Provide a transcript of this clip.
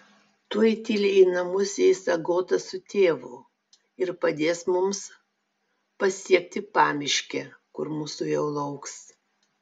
tuoj tyliai į namus įeis agota su tėvu ir padės mums pasiekti pamiškę kur mūsų jau lauks